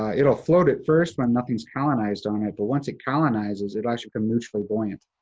ah it'll float at first when nothing's colonized on it, but once it colonizes, it'll actually become mutually buoyant.